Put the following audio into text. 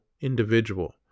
individual